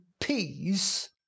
peace